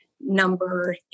number